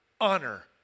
honor